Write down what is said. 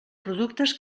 productes